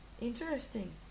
Interesting